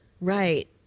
Right